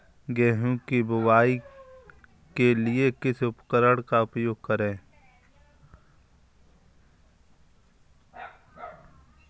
गेहूँ की बुवाई के लिए किस उपकरण का उपयोग करें?